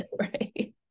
Right